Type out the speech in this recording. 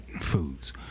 foods